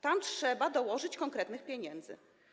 Tam trzeba dołożyć konkretne pieniądze.